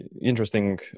interesting